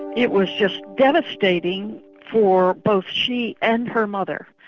it was just devastating for both she and her mother,